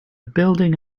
building